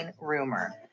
rumor